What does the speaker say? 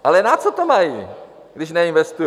Ale na co to mají, když neinvestují?